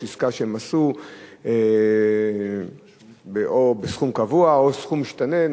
עסקה שהם עשו או בסכום קבוע או סכום משתנה.